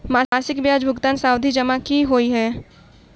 मासिक ब्याज भुगतान सावधि जमा की होइ है?